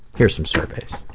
here are some surveys.